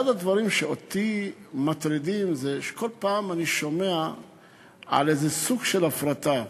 אחד הדברים שאותי מטרידים זה שכל פעם אני שומע על איזה סוג של הפרטה.